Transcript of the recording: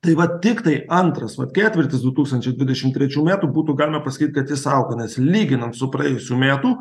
tai vat tiktai antras ketvirtis du tūkstančiai dvidešim trečių metų būtų galima pasakyt kad jis auga nes lyginant su praėjusių metų